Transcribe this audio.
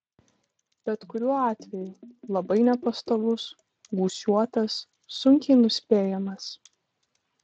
bet kuriuo atveju labai nepastovus gūsiuotas sunkiai nuspėjamas